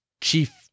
chief